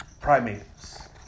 Primates